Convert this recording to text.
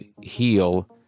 heal